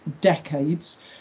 decades